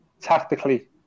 Tactically